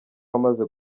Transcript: wamaze